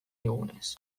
digunez